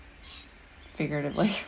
figuratively